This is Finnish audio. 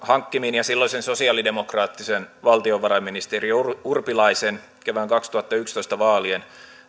hankkimiin ja silloisen sosialidemokraattisen valtiovarainministeri urpilaisen kevään kaksituhattayksitoista vaalien